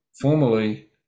formerly